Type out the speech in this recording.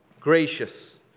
gracious